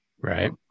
Right